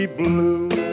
blue